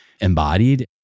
embodied